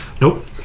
Nope